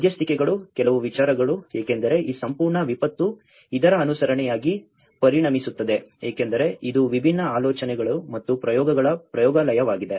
ಮಧ್ಯಸ್ಥಿಕೆಗಳು ಕೆಲವು ವಿಚಾರಗಳು ಏಕೆಂದರೆ ಈ ಸಂಪೂರ್ಣ ವಿಪತ್ತು ಇದರ ಅನುಸರಣೆಯಾಗಿ ಪರಿಣಮಿಸುತ್ತದೆ ಏಕೆಂದರೆ ಇದು ವಿಭಿನ್ನ ಆಲೋಚನೆಗಳು ಮತ್ತು ಪ್ರಯೋಗಗಳ ಪ್ರಯೋಗಾಲಯವಾಗಿದೆ